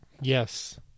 Yes